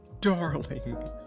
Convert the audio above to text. Darling